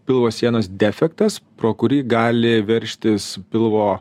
pilvo sienos defektas pro kurį gali veržtis pilvo